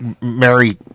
Mary